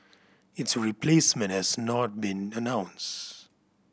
its replacement has not been announced